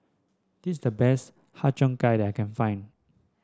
this is the best Har Cheong Gai that I can find